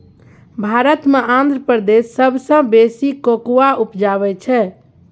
भारत मे आंध्र प्रदेश सबसँ बेसी कोकोआ उपजाबै छै